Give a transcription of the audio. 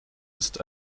ist